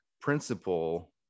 principle